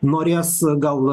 norės gal